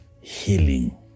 healing